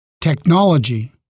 technology